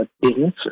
business